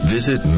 Visit